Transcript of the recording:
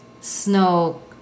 snow